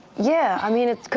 yeah, i mean. it's